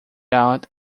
out